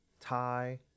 tie